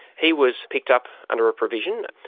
he was picked up under a provision,